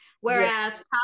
whereas